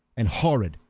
and horrid,